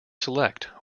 select